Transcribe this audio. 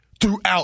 throughout